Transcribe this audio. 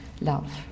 love